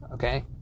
Okay